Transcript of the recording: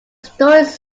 stories